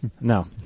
No